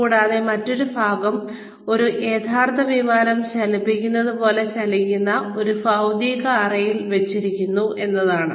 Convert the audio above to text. കൂടാതെ മറ്റൊരു ഭാഗം ഒരു യഥാർത്ഥ വിമാനം ചലിക്കുന്നതുപോലെ ചലിക്കുന്ന ഒരു ഭൌതിക അറയിൽ വെച്ചിരിക്കുന്നു എന്നതാണ്